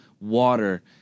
water